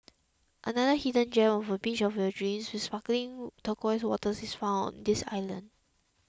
another hidden gem of a beach of your dreams with sparkling turquoise waters is found on this island